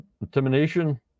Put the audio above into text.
Intimidation